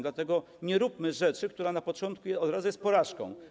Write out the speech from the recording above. Dlatego nie róbmy rzeczy, która od początku, od razu jest porażką.